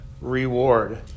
reward